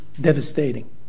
devastating